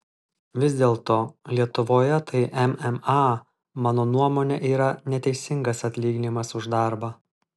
vis dėlto lietuvoje tai mma mano nuomone yra neteisingas atlyginimas už darbą